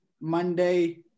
Monday